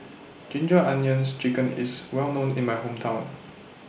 Ginger Onions Chicken IS Well known in My Hometown